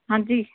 हांजी